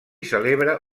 celebra